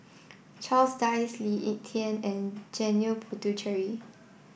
Charles Dyce Lee Ek Tieng and Janil Puthucheary